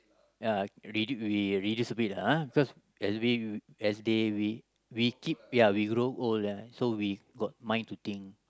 ya I we really stupid lah !huh! cause as we as they we we keep ya we grow old ya so we got mind to think